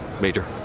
Major